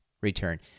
return